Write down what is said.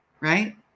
right